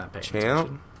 Champ